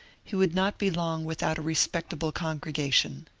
he would not be long without a respect able congregation.